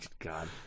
God